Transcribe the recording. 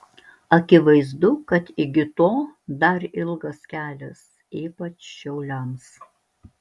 akivaizdu kad iki to dar ilgas kelias ypač šiauliams